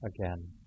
again